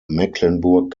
mecklenburg